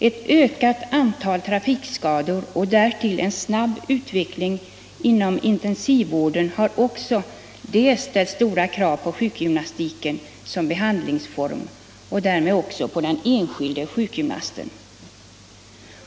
Ett ökat antal trafikskador och därtill en snabb utveckling inom intensivvården har också ställt stora krav på sjukgymnastiken som behandlingsform och därmed också på den enskilde sjukgymnasten.